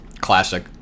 Classic